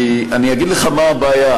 כי אני אגיד לך מה הבעיה.